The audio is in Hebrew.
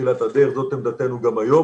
בתחילת הדרך, זאת עמדתנו גם היום.